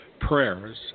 prayers